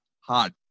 hard